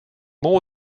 more